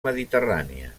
mediterrània